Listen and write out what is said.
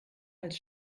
als